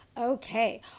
okay